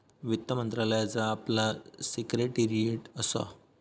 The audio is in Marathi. वित्त मंत्रालयाचा आपला सिक्रेटेरीयेट असा